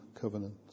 covenant